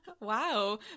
Wow